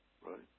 right